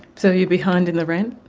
so you're behind in the rent?